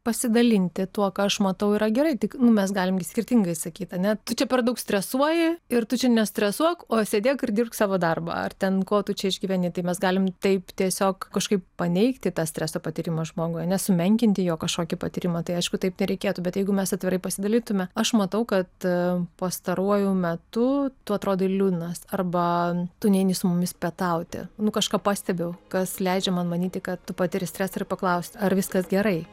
pasidalinti tuo ką aš matau yra gerai tik nu mes galim gi skirtingai sakyt ar ne tu čia per daug stresuoji ir tu čia nestresuok o sėdėk ir dirbk savo darbą ar ten ko tu čia išgyveni tai mes galim taip tiesiog kažkaip paneigti tą streso patyrimą žmogui ar ne sumenkinti jo kažkokį patyrimą tai aišku taip nereikėtų bet jeigu mes atvirai pasidalytume aš matau kad pastaruoju metu tu atrodai liūdnas arba tu neini su mumis pietauti nu kažką pastebiu kas leidžia man manyti kad tu patiri stresą ir paklaust ar viskas gerai